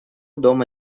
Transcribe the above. дома